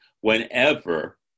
whenever